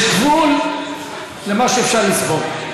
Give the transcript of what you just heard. יש גבול למה שאפשר לספוג.